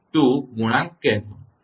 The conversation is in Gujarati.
2 ગુણાંક કહેશો